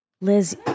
Liz